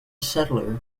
settler